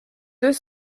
deux